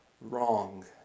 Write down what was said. wrong